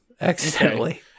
Accidentally